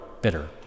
bitter